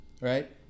right